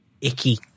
icky